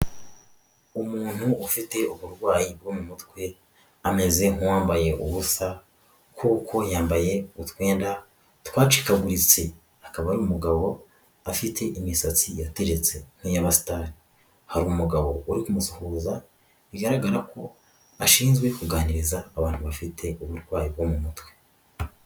Umuntu ufite uburwayi bwo mu mutwe ameze nk'uwambaye ubusa kuko yambaye utwenda twacikaguritse, akaba ari umugabo afite imisatsi yateretse nk'iy'abasitari, hari umugabo uri kumusuhuza bigaragara ko ashinzwe kuganiriza abantu bafite uburwayi bwo mu mutwe.